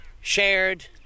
shared